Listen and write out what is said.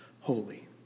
holy